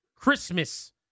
Christmas